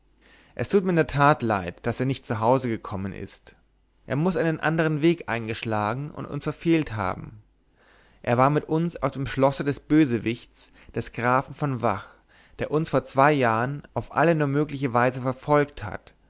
es tut mir in der tat leid daß er nicht zu hause gekommen ist er muß einen andern weg eingeschlagen und uns verfehlt haben er war mit uns auf dem schlosse des bösewichts des grafen von vach der uns vor zwei jahren auf alle nur mögliche weise verfolgt hat